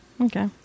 Okay